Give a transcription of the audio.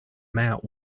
mat